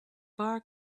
bar